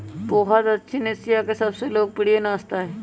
पोहा दक्षिण एशिया के सबसे लोकप्रिय नाश्ता हई